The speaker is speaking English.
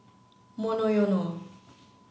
Monoyono